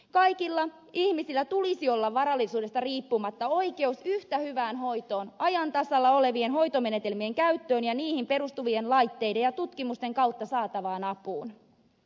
kaikilla ihmisillä tulisi olla varallisuudesta riippumatta oikeus yhtä hyvään hoitoon ajan tasalla olevien hoitomenetelmien käyttöön ja niihin perustuvien laitteiden ja tutkimusten kautta saatavaan apuun